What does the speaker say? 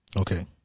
Okay